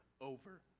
over